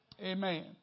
Amen